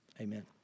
amen